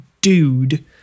dude